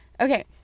okay